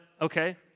okay